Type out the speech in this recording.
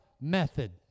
method